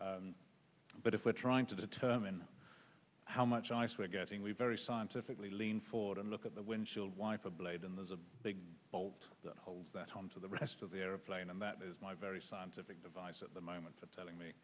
c but if we're trying to determine how much ice we're getting we very scientifically lean forward and look at the windshield wiper blade and there's a big bolt that holds that home to the rest of the airplane and that is my very scientific device at the moment for telling me